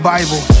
Bible